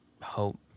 hope